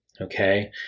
okay